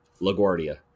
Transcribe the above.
LaGuardia